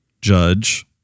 judge